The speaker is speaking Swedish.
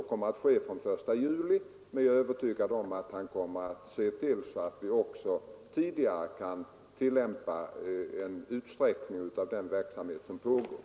Så kommer att ske från den 1 juli, men jag är övertygad om att han kommer att se till att vi också tidigare kan utvidga den verksamhet som pågår.